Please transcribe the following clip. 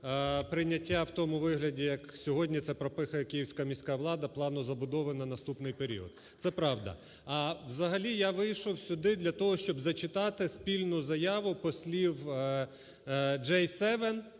прийняття в тому вигляді, як сьогодні це пропихує київська міська влада, плану забудови на наступний період. Це правда. Взагалі я вийшов сюди для того, щоб зачитати спільну заяву послів G7 з